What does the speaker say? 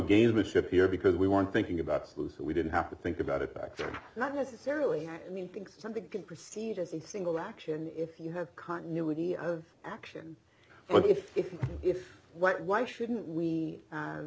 gamesmanship here because we weren't thinking about sluice so we didn't have to think about it but not necessarily mean big something can proceed as a single action if you have continuity of action but if if if what why shouldn't we